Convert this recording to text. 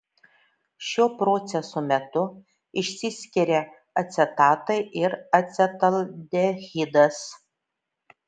šio proceso metu išsiskiria acetatai ir acetaldehidas